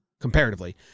comparatively